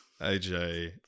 AJ